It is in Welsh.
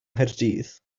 nghaerdydd